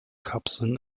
kapseln